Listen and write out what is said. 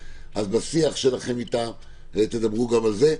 בשיח שלכם איתה תדברו גם על זה.